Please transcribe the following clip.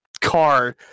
car